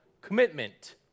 commitment